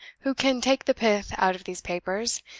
who can take the pith out of these papers,